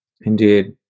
Indeed